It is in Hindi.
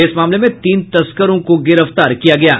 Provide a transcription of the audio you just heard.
इस मामले में तीन तस्करों को भी गिरफ्तार किया गया है